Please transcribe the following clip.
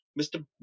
Mr